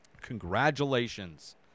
Congratulations